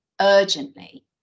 urgently